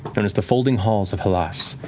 but known as the folding halls of halas,